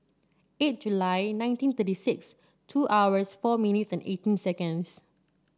eight July nineteen thirty six two hours four minutes and eighteen seconds